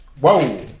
Whoa